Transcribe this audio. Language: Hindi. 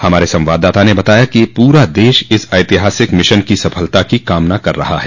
हमारे संवाददाता ने बताया है कि पूरा देश इस ऐतिहासिक मिशन की सफलता की कामना कर रहा है